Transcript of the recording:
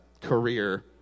career